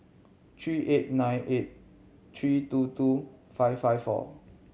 three eight nine eight three two two five five four